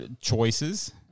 choices